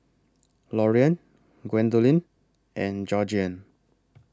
Loriann Gwendolyn and Georgeann